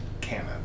canon